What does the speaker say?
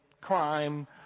crime